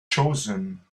chosen